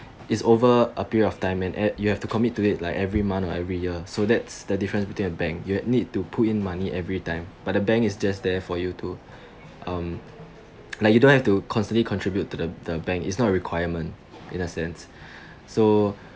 it's over a period of time and yet you have to commit to it like every month or every year so that's the difference between a bank you need to put in money every time but the bank is just there for you to um like you don't have to continue contribute to the the bank it's not a requirement in a sense so